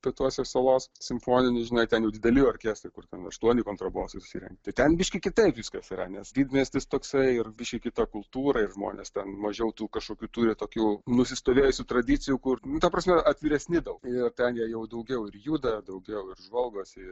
pietuose salos simfoninis žinai ten jau dideli orkestrai kur ten aštuoni kontrabosai susirenka tai ten biški kitaip viskas yra nes didmiestis toksai ir biški kita kultūra ir žmonės ten mažiau tų kažkokių turi tokių nusistovėjusių tradicijų kur nu ta prasme atviresni daug ir ten jie jau daugiau ir juda daugiau ir žvalgosi